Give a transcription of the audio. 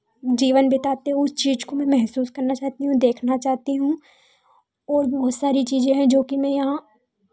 जीवन बीताते उस चीज़ को मैं महसूस करना चाहती हूँ देखना चाहती हूँ और बहुत सारी चीज़ें हैं जो कि मैं यहाँ